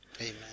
Amen